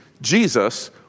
Jesus